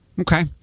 okay